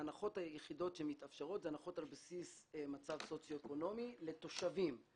ההנחות היחידות שמתאפשרות זה הנחות על בסיס מצב סוציואקונומי לתושבים.